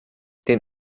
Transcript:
den